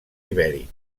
ibèric